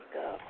go